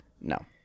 no